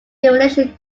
definition